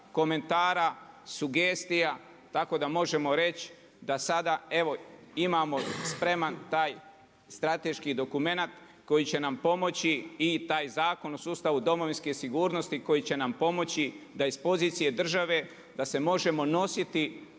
komentara, sugestija, tako da možemo reći da sada imamo spremam taj strateški dokumenat, koji će nam pomoći i taj Zakon o sustavu domovinske sigurnosti koji će nam pomoći da iz pozicije države, da se možemo nositi